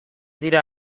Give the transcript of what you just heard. dira